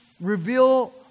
reveal